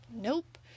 nope